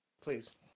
Please